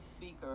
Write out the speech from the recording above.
speaker